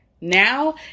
now